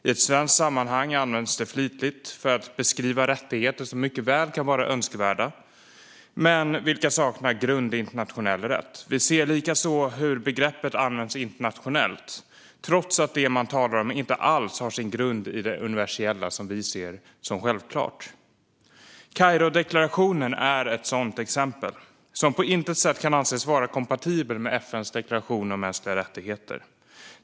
I ett svenskt sammanhang används det flitigt för att beskriva rättigheter som mycket väl kan vara önskvärda, men vilka saknar grund i internationell rätt. Vi ser likaså hur begreppet används internationellt, trots att det man talar om inte alls har sin grund i det universella som vi ser som självklart. Kairodeklarationen är ett sådant exempel som på intet sätt kan anses vara kompatibel med FN:s deklaration om mänskliga rättigheter.